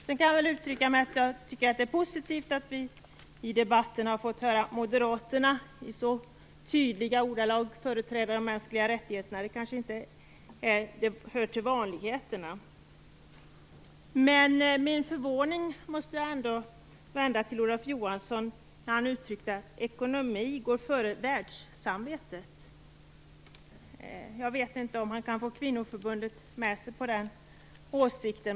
Sedan kan jag uttrycka att jag tycker att det är positiv att vi i debatten ha fått höra Moderaterna i så tydliga ordalag företräda de mänskliga rättigheterna. Det kanske inte hör till vanligheterna. Jag måste med förvåning vända mig till Olof Johansson som uttryckte att ekonomin går före världssamvetet. Jag vet inte om han kan få kvinnoförbundet med sig på den åsikten.